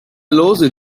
lose